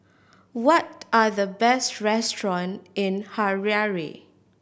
what are the best restaurants in Harare